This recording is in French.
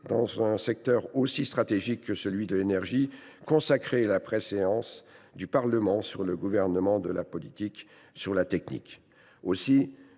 dans un secteur aussi stratégique que celui de l’énergie, consacrer la préséance du Parlement par rapport au Gouvernement, de la politique par rapport à la technique. Aussi